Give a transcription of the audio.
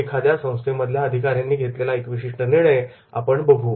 एखाद्या संस्थेमधल्या अधिकाऱ्यांनी घेतलेला एक विशिष्ट निर्णय आपण बघू